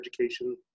education